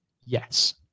Yes